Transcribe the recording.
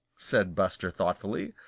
said buster thoughtfully.